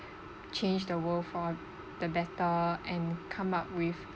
change the world for the better and come up with